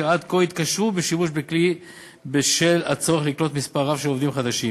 שעד כה התקשו בשימוש בכלי בשל הצורך לקלוט מספר רב של עובדים חדשים.